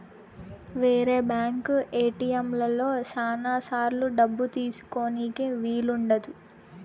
వేరే బ్యాంక్ ఏటిఎంలలో శ్యానా సార్లు డబ్బు తీసుకోనీకి వీలు ఉండదు